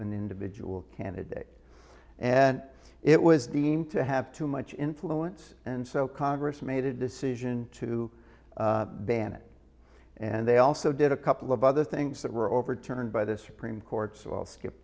an individual candidate and it was deemed to have too much influence and so congress made a decision to ban it and they also did a couple of other things that were overturned by the supreme court so i'll skip